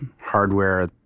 hardware